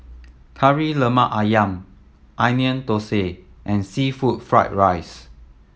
Kari Lemak Ayam Onion Thosai and seafood fried rice